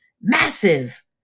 massive